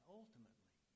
ultimately